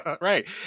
Right